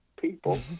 people